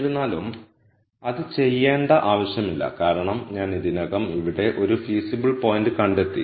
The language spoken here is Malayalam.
എന്നിരുന്നാലും അത് ചെയ്യേണ്ട ആവശ്യമില്ല കാരണം ഞാൻ ഇതിനകം ഇവിടെ ഒരു ഫീസിബിൾ പോയിന്റ് കണ്ടെത്തി